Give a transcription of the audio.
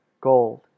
Gold